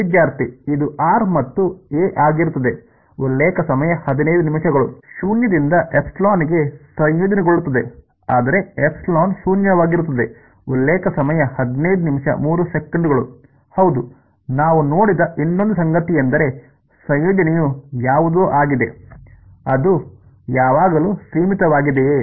ವಿದ್ಯಾರ್ಥಿ ಇದು r ಮತ್ತು a ಆಗಿರುತ್ತದೆ ಉಲ್ಲೇಖ ಸಮಯ 1500 ಶೂನ್ಯದಿಂದ ಎಪ್ಸಿಲಾನ್ಗೆ ಸಂಯೋಜನೆಗೊಳ್ಳುತ್ತದೆ ಆದರೆ ಎಪ್ಸಿಲಾನ್ ಶೂನ್ಯವಾಗಿರುತ್ತದೆ ಹೌದು ನಾವು ನೋಡಿದ ಇನ್ನೊಂದು ಸಂಗತಿಯೆಂದರೆ ಸಂಯೋಜನೆಯು ಯಾವುದೋ ಆಗಿದೆ ಅದು ಯಾವಾಗಲೂ ಸೀಮಿತವಾಗಿದೆಯೇ